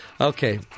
Okay